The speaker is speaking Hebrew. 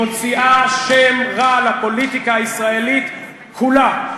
מוציאה שם רע לפוליטיקה הישראלית כולה.